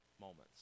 moments